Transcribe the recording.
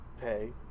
pay